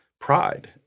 pride